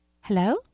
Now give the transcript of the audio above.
Hello